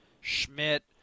Schmidt